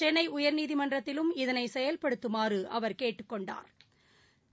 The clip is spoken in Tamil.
சென்னைஉயா்நீதிமன்றத்திலும் இதனைசெயல்படுத்துமாறுஅவா் கேட்டுக் கொண்டாா்